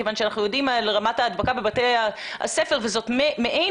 כיוון שאנחנו יודעים מה רמת ההדבקה בבתי הספר כך שזאת מעין